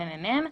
הממ"מ.